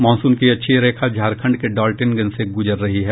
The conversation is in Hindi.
मॉनसून की अक्षीय रेखा झारखण्ड के डालटेनगंज से गुजर रही है